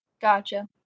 Gotcha